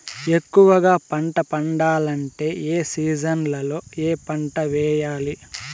ఎక్కువగా పంట పండాలంటే ఏ సీజన్లలో ఏ పంట వేయాలి